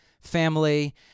family